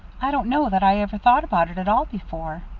i don't know that i ever thought about it at all before.